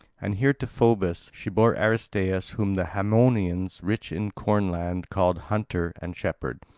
and here to phoebus she bore aristaeus whom the haemonians, rich in corn-land, call hunter and shepherd.